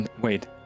Wait